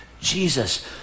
jesus